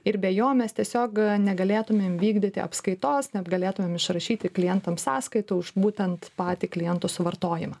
ir be jo mes tiesiog negalėtumėm vykdyti apskaitos netgalėtumėm išrašyti klientams sąskaitų už būtent patį klientų suvartojimą